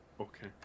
Okay